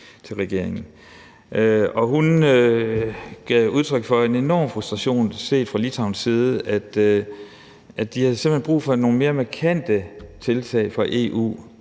til regeringen. Hun gav udtryk for en enorm frustration set fra Litauens side. De har simpelt hen brug for nogle mere markante tiltag fra EU,